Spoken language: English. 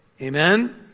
Amen